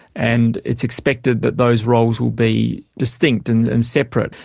and it's expected that those roles will be distinct and and separate.